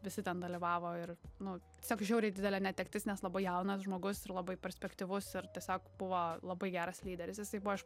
visi ten dalyvavo ir nu tiesiog žiauriai didelė netektis nes labai jaunas žmogus ir labai perspektyvus ir tiesiog buvo labai geras lyderis jisai buvo iš